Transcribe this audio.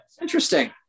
interesting